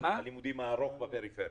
יום הלימודים הארוך בפריפריה,